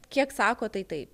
kiek sako tai taip